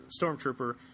stormtrooper